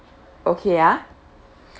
okay ah